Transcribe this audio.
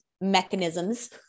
mechanisms